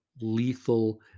lethal